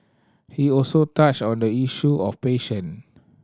he also touched on the issue of passion